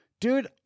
Dude